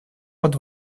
под